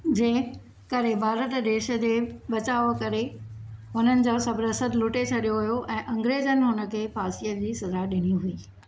जे करे भारत देश जे बचाव करे हुननि जा सभु रसद लूटे छॾियो हुओ ऐं अंग्रेज़नि हुनखे फांसीअ जी सजा ॾिनी हुई